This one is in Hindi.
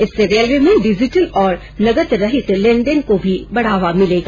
इससे रेलवे में डिजिटल और नकद रहित लेन देन को भी बढ़ावा मिलेगा